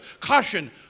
caution